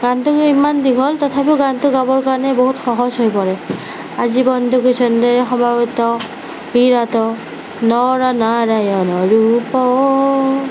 গানটো ইমান দীঘল তথাপিও গানটো গাবৰ কাৰণে বহুত সহজ হৈ পৰে আজি বন্দো কি ছন্দেৰে সমবেত বিৰত নৰ নাৰায়ণ ৰূপ